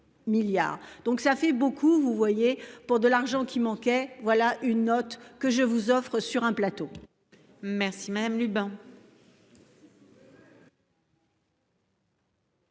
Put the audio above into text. donc ça fait beaucoup. Vous voyez pour de l'argent qui manquait. Voilà une note que je vous offrent sur un plateau. Merci madame Lubin.